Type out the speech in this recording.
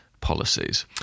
policies